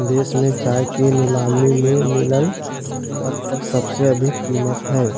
देश में चाय के नीलामी में मिलल अब तक सबसे अधिक कीमत हई